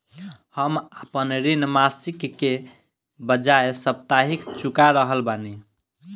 हम आपन ऋण मासिक के बजाय साप्ताहिक चुका रहल बानी